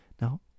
Now